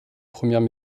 premières